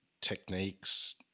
techniques